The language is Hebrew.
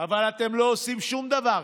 אבל אתם לא עושים שום דבר.